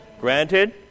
Granted